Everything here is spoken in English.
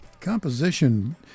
composition